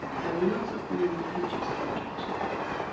there were lots of religious objections.